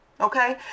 Okay